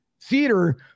theater